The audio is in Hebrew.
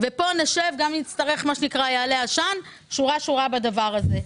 שנשב פה עד שיעלה עשן, שורה-שורה בדבר הזה.